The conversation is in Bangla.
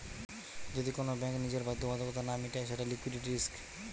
যদি কোন ব্যাঙ্ক নিজের বাধ্যবাধকতা না মিটায় সেটা লিকুইডিটি রিস্ক